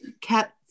kept